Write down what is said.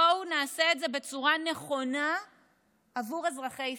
בואו נעשה את זה בצורה נכונה עבור אזרחי ישראל.